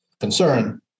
concern